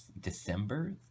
December